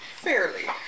Fairly